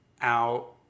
out